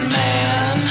man